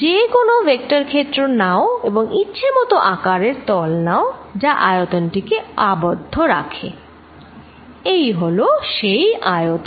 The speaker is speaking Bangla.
যেকোনো ভেক্টর ক্ষেত্র নাও এবং ইচ্ছামত আকারের তল নাও যা আয়তন টি কে আবদ্ধ রাখে এই হলো সেই আয়তন